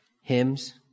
hymns